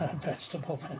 vegetable